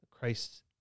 Christ